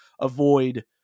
avoid